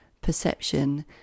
perception